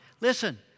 Listen